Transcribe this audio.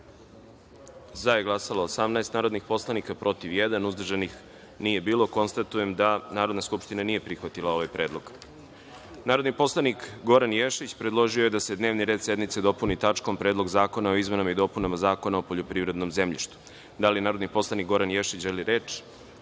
za – 18 narodnih poslanika, protiv – jedan, uzdržanih – nije bilo. Konstatujem da Narodna skupština nije prihvatila ovaj predlog. Narodni poslanik Goran Ješić predložio je da se dnevni red sednice dopuni tačkom – Predlog zakona o izmenama i dopunama Zakona o poljoprivrednom zemljištu. Da li narodni poslanik Goran Ješić želi reč?